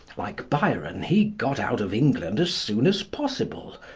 like byron, he got out of england as soon as possible.